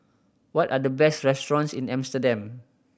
what are the best restaurant in Amsterdam